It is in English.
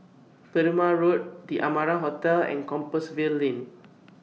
Perumal Road The Amara Hotel and Compassvale Lane